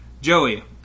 Joey